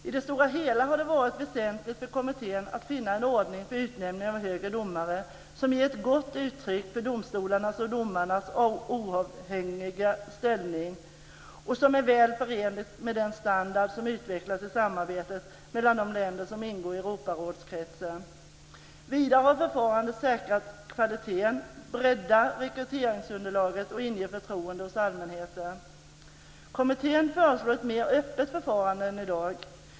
I det stora hela har det varit väsentligt för kommittén att finna en ordning för utnämning av högre domare som ger ett gott uttryck för domstolarnas och domarnas oavhängiga ställning och som är väl förenlig med den standard som utvecklats i samarbetet mellan de länder som ingår i Europarådskretsen. Vidare ska förfarandet säkra kvaliteten, bredda rekryteringsunderlaget och inge förtroende hos allmänheten. Kommittén föreslår ett mer öppet förfarande än i dag.